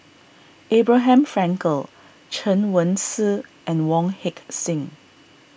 Abraham Frankel Chen Wen Hsi and Wong Heck Sing